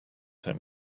him